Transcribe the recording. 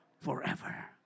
forever